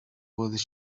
was